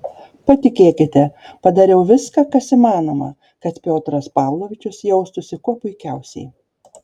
patikėkite padariau viską kas įmanoma kad piotras pavlovičius jaustųsi kuo puikiausiai